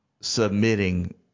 submitting